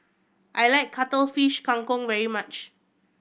I like Cuttlefish Kang Kong very much